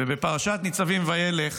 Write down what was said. בפרשת ניצבים וילך